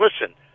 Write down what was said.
listen